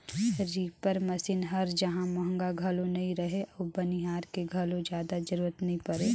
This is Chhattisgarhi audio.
रीपर मसीन हर जहां महंगा घलो नई रहें अउ बनिहार के घलो जादा जरूरत नई परे